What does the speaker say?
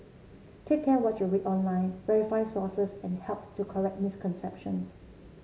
take care what you read online verify sources and help to correct misconceptions